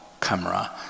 camera